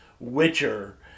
Witcher